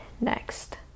next